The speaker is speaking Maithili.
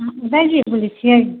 बजै छियै